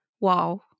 wow